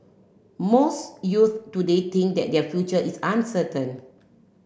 most youths today think that their future is uncertain